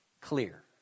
clear